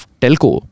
telco